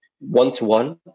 one-to-one